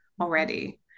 already